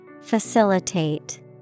Facilitate